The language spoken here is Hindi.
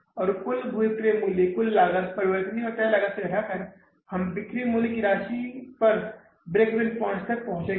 और उन कुल बिक्री मूल्य कुल लागत परिवर्तनीय और तय लागत से घटाकर हम बिक्री मूल्य की राशि पर ब्रेक इवन पॉइंट्स पर पहुँचेंगे